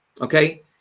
okay